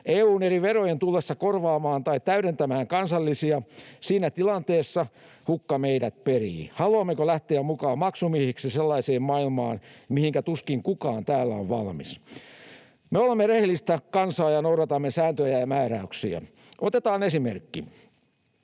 EU:n eri verojen tullessa korvaamaan tai täydentämään kansallisia. Siinä tilanteessa hukka meidät perii. Haluammeko lähteä mukaan maksumiehiksi sellaiseen maailmaan, mihinkä tuskin kukaan täällä on valmis? Me olemme rehellistä kansaa ja noudatamme sääntöjä ja määräyksiä. Otetaan esimerkki,